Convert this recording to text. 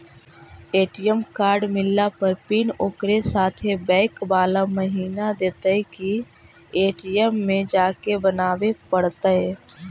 ATM card मिलला पर pin ओकरे साथे बैक बाला महिना देतै कि ए.टी.एम में जाके बना बे पड़तै?